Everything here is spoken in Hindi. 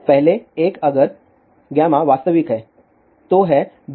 पहले एक अगर वास्तविक है तो है β0 और 0